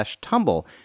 tumble